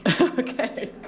Okay